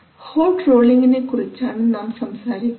hot റോളിങിനെകുറിച്ചാണ് നാം സംസാരിക്കുന്നത്